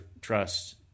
trust